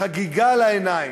חגיגה לעיניים.